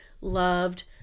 loved